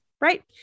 right